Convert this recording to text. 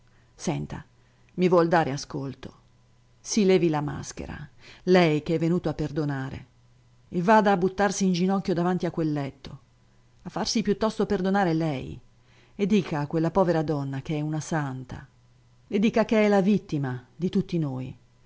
senta mi vuol dare ascolto si levi la maschera lei che è venuto a perdonare e vada a buttarsi in ginocchio davanti a quel letto a farsi piuttosto perdonare lei e dica a quella povera donna che è una santa le dica che è la vittima di tutti noi